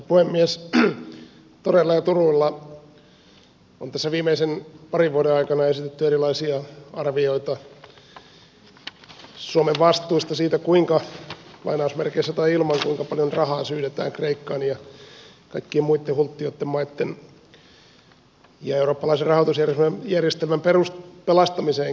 toreilla ja turuilla on tässä viimeisten parin vuoden aikana esitetty erilaisia arvioita suomen vastuista siitä kuinka lainausmerkeissä tai ilman paljon rahaa syydetään kreikkaan ja kaikkien muitten hulttiomaitten ja eurooppalaisen rahoitusjärjestelmänkin pelastamiseen